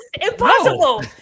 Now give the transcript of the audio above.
Impossible